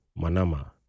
Manama